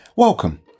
Welcome